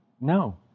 No